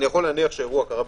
אני יכול להניח שהאירוע היה שם.